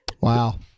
wow